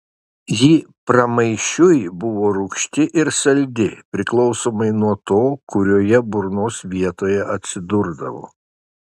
ji pramaišiui buvo rūgšti ir saldi priklausomai nuo to kurioje burnos vietoje atsidurdavo